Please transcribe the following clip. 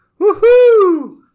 Woohoo